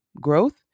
growth